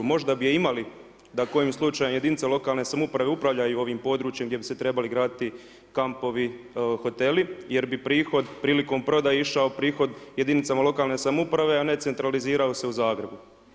Možda bi je imali da kojim slučajem jedinice lokalne samouprave upravljaju ovim područjem gdje bi se trebali graditi kampovi, hoteli jer bi prihod prilikom prodaje išao prihod jedinicama lokalne samouprave, a ne centralizirao se u Zagrebu.